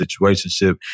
situationship